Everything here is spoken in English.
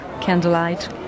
Candlelight